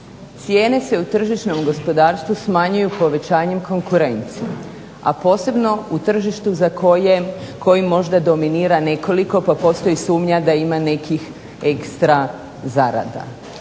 Cijene se u tržišnom gospodarstvu smanjuju povećanjem konkurencije, a posebno u tržištu koji možda dominira nekoliko pa postoji sumnja da ima nekih ekstra zarada.